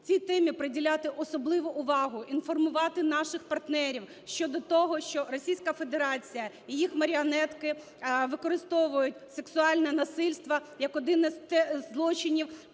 Цій темі приділяти особливу увагу, інформувати наших партнерів щодо того, що Російська Федерація і їх маріонетки використовують сексуальне насильство як один із злочинів